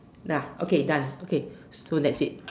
ya okay done okay so that's it